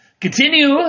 Continue